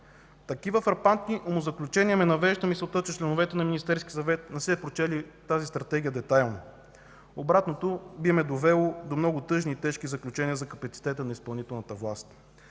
Такива фрапантни умозаключения ме навеждат на мисълта, че членовете на Министерския съвет не са прочели тази Стратегия детайлно. Обратното би ме довело до много тъжни и тежки заключения за капацитета на изпълнителната власт.